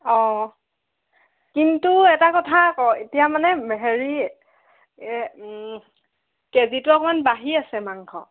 অ কিন্তু এটা কথা আকৌ এতিয়া মানে হেৰি এই কেজিটো অকণমান বাঢ়ি আছে মাংসৰ